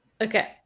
Okay